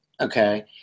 okay